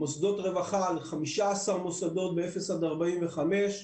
על 15 מוסדות רווחה ב-0 45 קילומטרים.